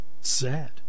Sad